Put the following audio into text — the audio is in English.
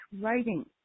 writing